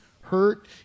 hurt